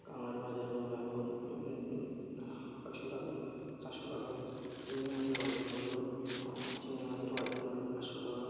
বাজারমূল্য এখন আটশো টাকা চারশো টাকা চিংড়ি মাছের বাজারমূল্য চিংড়ি মাছের বাজারমূল্য পাঁচশো টাকা